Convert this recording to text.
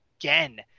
again